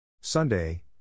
Sunday